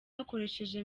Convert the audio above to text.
bakoresheje